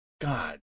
God